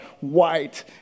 white